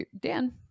Dan